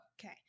Okay